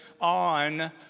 on